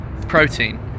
protein